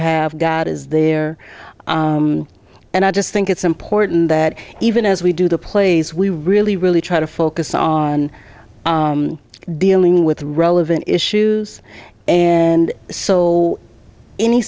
have god is there and i just think it's important that even as we do the plays we really really try to focus on deal with relevant issues and so any